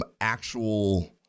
actual